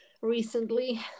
recently